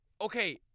okay